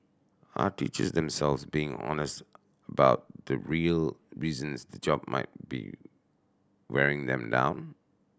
are teachers themselves being honest about the real reasons the job might be wearing them down